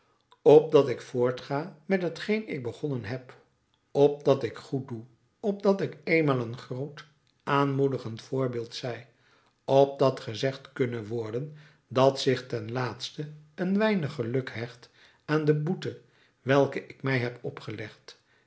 opdat ik voortga met t geen ik begonnen heb opdat ik goed doe opdat ik eenmaal een groot aanmoedigend voorbeeld zij opdat gezegd kunne worden dat zich ten laatste een weinig geluk hecht aan de boete welke ik mij heb opgelegd